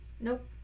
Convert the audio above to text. Nope